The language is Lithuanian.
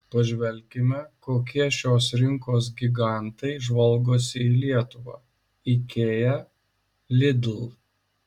pažvelkime kokie šios rinkos gigantai žvalgosi į lietuvą ikea lidl